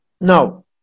now